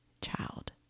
child